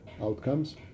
outcomes